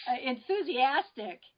enthusiastic